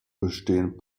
bestehen